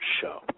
show